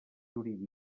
jurídic